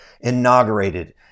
inaugurated